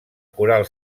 coral